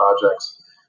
projects